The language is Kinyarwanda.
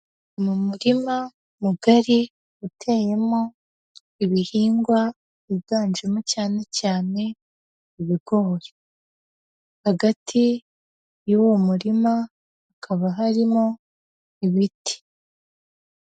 Mu murima mugari uteyemo ibihingwa, wiganjemo cyane cyane ibigori. Hagati y'uwo murima, hakaba harimo ibiti.